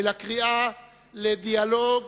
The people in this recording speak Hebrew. אל הקריאה לדיאלוג